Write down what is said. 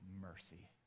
mercy